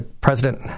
President